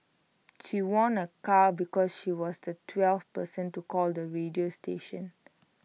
she won A car because she was the twelfth person to call the radio station